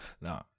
No